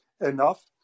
enough